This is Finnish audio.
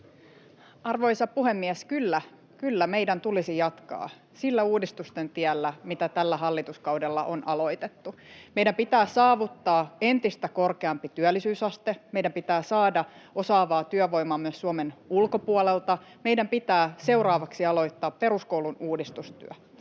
Arvoisa puhemies! Kyllä, kyllä meidän tulisi jatkaa sillä uudistusten tiellä, mitä tällä hallituskaudella on aloitettu. Meidän pitää saavuttaa entistä korkeampi työllisyysaste, meidän pitää saada osaavaa työvoimaa myös Suomen ulkopuolelta, ja meidän pitää seuraavaksi aloittaa peruskoulun uudistustyö.